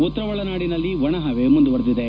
ಉತ್ತರ ಒಳನಾಡಿನಲ್ಲಿ ಒಣಹವೆ ಮುಂದುವರೆದಿದೆ